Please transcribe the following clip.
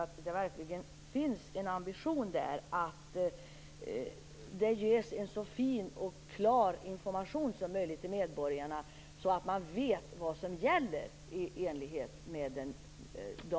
Finns det en ambition att det ges en så fin och klar information som möjligt till medborgarna så att de kan veta vad som gäller i enlighet med dagens beslut?